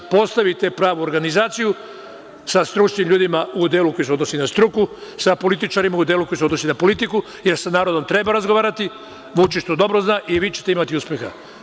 Postavite pravu organizaciju sa stručnim ljudima u delu koji se odnosi na struku, sa političarima u delu koji se odnosi na politiku, jer sa narodom treba razgovarati, Vučić to dobro zna, i vi ćete imati uspeha.